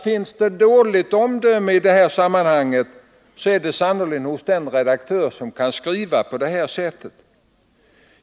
Finns det dåligt omdöme i detta sammanhang, är det sannerligen hos den redaktör som skriver på detta sätt.